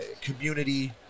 Community